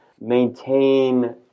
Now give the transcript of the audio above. maintain